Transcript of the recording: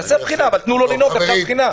שיעשה בחינה אבל תנו לו לנהוג אחרי הבחינה.